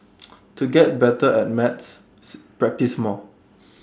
to get better at maths practise more